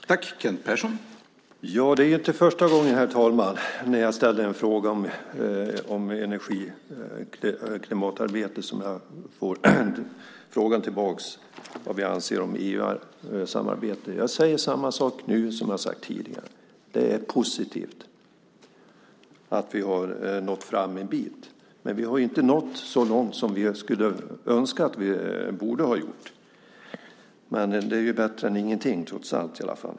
Herr talman! Det är inte första gången som jag ställer en fråga om energi och klimatarbete och får frågan tillbaka vad vi anser om EU-samarbetet. Jag säger samma sak nu som jag sagt tidigare: Det är positivt att vi har nått fram en bit, men vi har ju inte nått så långt som vi skulle önska att vi hade gjort. Men det är bättre än ingenting trots allt.